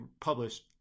published